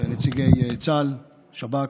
נציגי צה"ל, שב"כ,